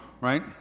right